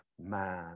man